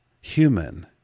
human